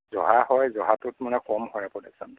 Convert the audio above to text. জহা হয় জহাটো মানে কম হয় প্ৰডাকচনটো